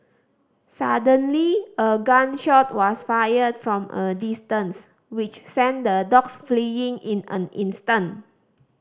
suddenly a gun shot was fired from a distance which sent the dogs fleeing in an instant